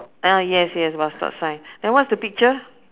ah yes yes bus stop sign then what's the picture